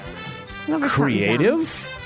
creative